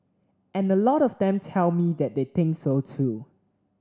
and a lot of them tell me that they think so too